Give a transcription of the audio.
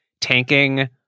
tanking